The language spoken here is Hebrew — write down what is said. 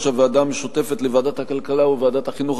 הוועדה המשותפת לוועדת הכלכלה ולוועדת החינוך,